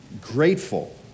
grateful